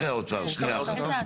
אחרי האוצר.